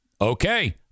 Okay